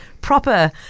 proper